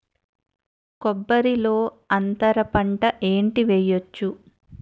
కొబ్బరి లో అంతరపంట ఏంటి వెయ్యొచ్చు?